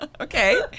Okay